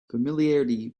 familiarity